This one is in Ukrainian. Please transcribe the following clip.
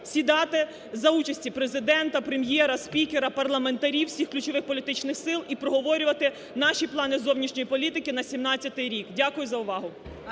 сідати за участі Президента, Прем'єра, спікера, парламентарів, всіх ключових політичних сил і проговорювати наші плани зовнішньої політики на 2017 рік. Дякую за увагу.